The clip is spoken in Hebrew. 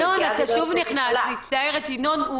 ינון,